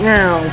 now